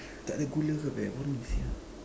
tak ada gula ke apa boring sia